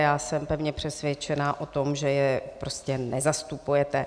Já jsem pevně přesvědčená o tom, že je prostě nezastupujete.